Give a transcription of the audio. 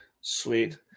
Sweet